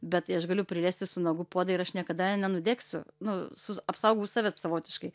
bet tai aš galiu priliesti su nuogu puodą ir aš niekada nenudegsiu nu su apsaugau save savotiškai